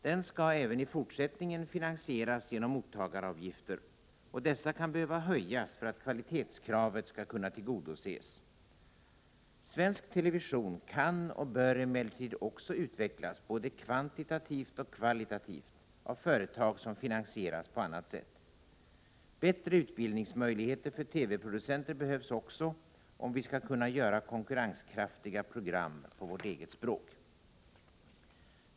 Den skall även i fortsättningen finansieras genom mottagaravgifter, och dessa kan behöva höjas för att kvalitetskravet skall kunna tillgodoses. Svensk television kan och bör emellertid också utvecklas, både kvantitativt och kvalitativt, av företag som finansieras på annat sätt. Bättre utbildningsmöjligheter för TV-producenter behövs också, om vi skall kunna göra konkurrenskraftiga program på vårt eget språk.